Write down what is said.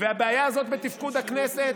והבעיה הזאת בתפקוד הכנסת,